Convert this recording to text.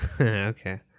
okay